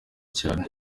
cyane